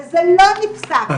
וזה לא נפסק,